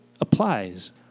applies